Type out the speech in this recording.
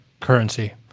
currency